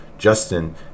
Justin